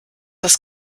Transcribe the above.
das